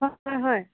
হয় হয় হয়